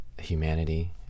humanity